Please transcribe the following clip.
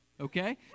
okay